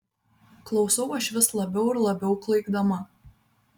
klausau aš vis labiau ir labiau klaikdama